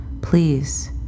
Please